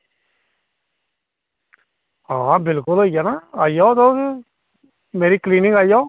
हां बिलकुल होई जाना आई जाओ तुस मेरी क्लीनिक आई जाओ